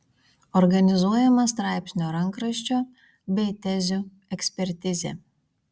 organizuojama straipsnio rankraščio bei tezių ekspertizė